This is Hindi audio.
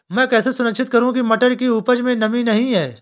मैं कैसे सुनिश्चित करूँ की मटर की उपज में नमी नहीं है?